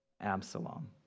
Absalom